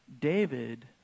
David